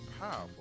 powerful